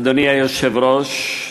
אדוני היושב-ראש,